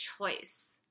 choice